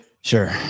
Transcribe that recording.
Sure